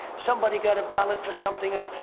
somebody got a ballot for something else.